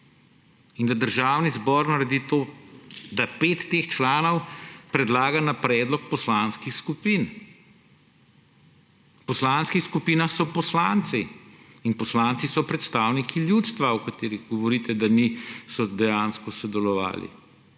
In da Državni zbor naredi to, da pet teh članov predlaga na predlog poslanskih skupin. V poslanskih skupinah so poslanci in poslanci so predstavniki ljudstva, o katerem govorite, da ni dejansko sodelovalo.